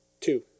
Two